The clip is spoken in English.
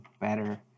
better